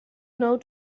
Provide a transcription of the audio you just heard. know